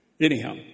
Anyhow